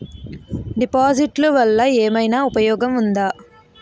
డిపాజిట్లు వల్ల ఏమైనా ఉపయోగం ఉందా?